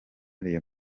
real